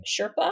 Sherpa